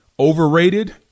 Overrated